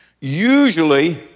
Usually